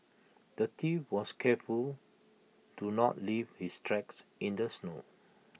the thief was careful to not leave his tracks in the snow